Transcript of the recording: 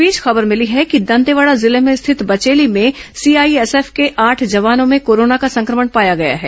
इस बीच खबर मिली है कि दंतेवाड़ा जिले में स्थित बचेली में सीआईएसएफ के आठ जवानों में कोरोना का संक्रमण पाया गया है